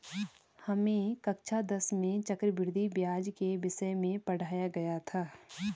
हमें कक्षा दस में चक्रवृद्धि ब्याज के विषय में पढ़ाया गया था